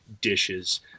dishes